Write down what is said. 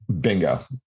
Bingo